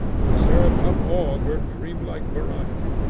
to serve up all her dream-like variety.